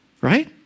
right